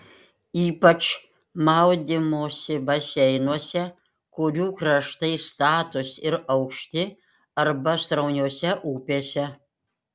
ypač maudymosi baseinuose kurių kraštai statūs ir aukšti arba srauniose upėse